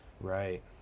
Right